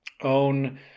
own